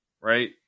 Right